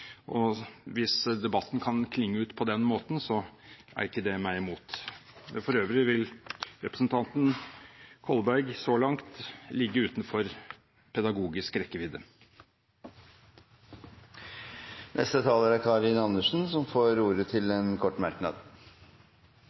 måte. Hvis debatten kan klinge ut på den måten, er det ikke meg imot. For øvrig vil representanten Kolberg så langt ligge utenfor pedagogisk rekkevidde. Representanten Karin Andersen har hatt ordet to ganger tidligere og får ordet til en kort merknad,